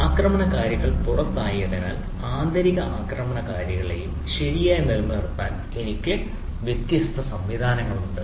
ആക്രമണകാരികൾ പുറത്തായതിനാൽ ആന്തരിക ആക്രമണകാരികളെയും ശരിയായി നിലനിർത്താൻ എനിക്ക് വ്യത്യസ്ത സംവിധാനങ്ങളുണ്ട്